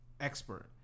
expert